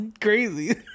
crazy